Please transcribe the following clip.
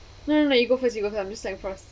hmm um you go first you go first I'm just like proc~